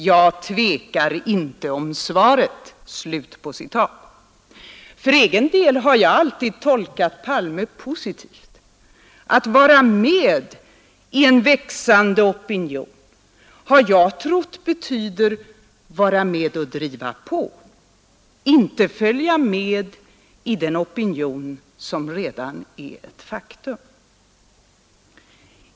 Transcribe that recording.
Jag tvekar inte om svaret.” För egen del har jag alltid tolkat Palme positivt: att ”vara med” i en växande opinion har jag trott betyder ”vara med och driva på”, inte följa med i den opinion, som redan är ett faktum.